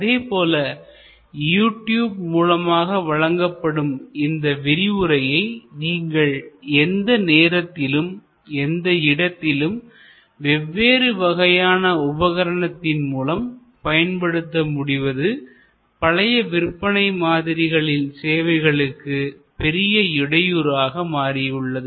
அதேபோல YouTube மூலமாக வழங்கப்படும் இந்த விரிவுரையை நீங்கள் எந்த நேரத்திலும் எந்த இடத்திலும் வெவ்வேறு வகையான உபகரணத்தின் மூலம் பயன்படுத்த முடிவது பழைய விற்பனை மாதிரிகளின் சேவைகளுக்கு பெரிய இடையூறாக உள்ளது